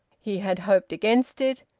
he had hoped against it,